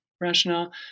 rationale